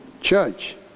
church